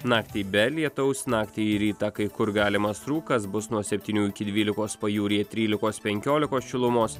naktį be lietaus naktį į rytą kai kur galimas rūkas bus nuo septynių iki dvylikos pajūryje trylikos penkiolikos šilumos